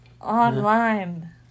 Online